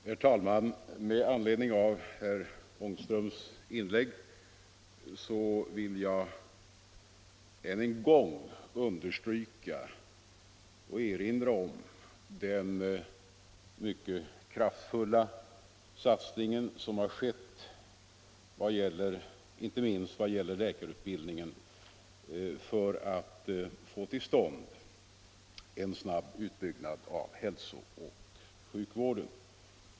Herr talman! Med anledning av herr Ångströms inlägg vill jag än en gång understryka den mycket kraftfulla satsning som gjorts, inte minst vad gäller läkarutbildningen, för att få till stånd en snabb utbyggnad av hälsooch sjukvården.